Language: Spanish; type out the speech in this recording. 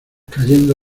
cayendo